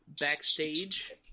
Backstage